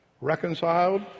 reconciled